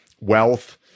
wealth